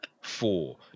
four